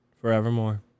forevermore